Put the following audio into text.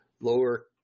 lower